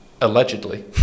allegedly